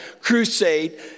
crusade